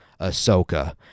Ahsoka